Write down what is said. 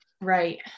Right